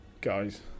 guys